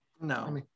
no